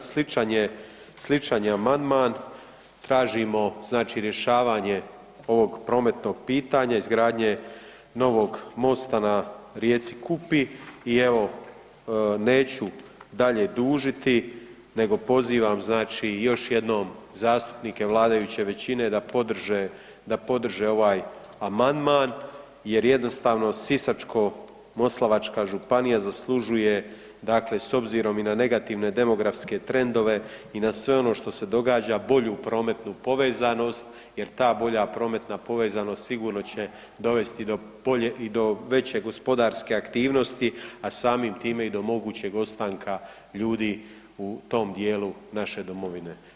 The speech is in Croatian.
Dakle, sličan je, sličan je amandman tražimo znači rješavanje ovog prometnog pitanja, izgradnje novog mosta na rijeci Kupi i evo neću dalje dužiti nego pozivam znači još jednom zastupnike vladajuće većine da podrže, da podrže ovaj amandman jer jednostavno Sisačko-moslavačka županija zaslužuje dakle s obzirom i na negativne demografske trendove i na sve ono što se događa bolju prometnu povezanost jer ta bolja prometna povezanost sigurno će dovesti do bolje i do veće gospodarske aktivnosti, a samim time i do mogućeg ostanka ljudi u tom dijelu naše domovine.